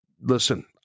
Listen